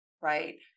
right